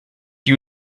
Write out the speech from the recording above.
you